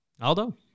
Aldo